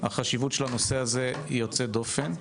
החשיבות של הנושא הזה היא יוצאת דופן.